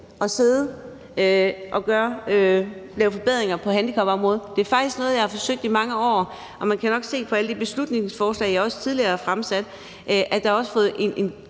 at sidde og lave forbedringer på handicapområdet. Det er faktisk noget, jeg har forsøgt i mange år, og man kan nok se på alle de beslutningsforslag, jeg tidligere har fremsat, at jeg også har fået